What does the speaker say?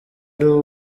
ari